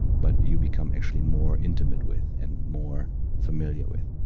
but you become actually more intimate with and more familiar with?